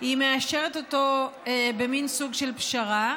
היא מאשרת אותו במין סוג של פשרה.